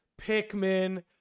Pikmin